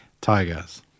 Tigers